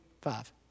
Five